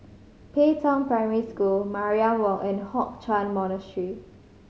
Pei Tong Primary School Mariam Walk and Hock Chuan Monastery